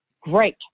great